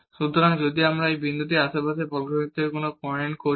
সুতরাং যদি আমরা এই বিন্দুটির আশেপাশের বর্গক্ষেত্রের পয়েন্ট গ্রহণ করি